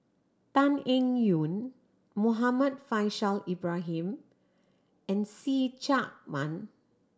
Tan Eng Yoon Muhammad Faishal Ibrahim and See Chak Mun